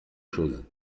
choses